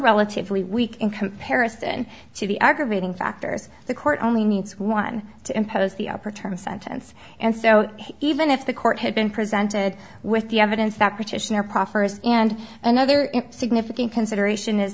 relatively weak in comparison to the aggravating factors the court only needs one to impose the up or term sentence and so even if the court had been presented with the evidence that petitioner proffers and another significant consideration is